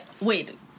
wait